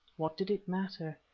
what did it matter?